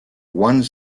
one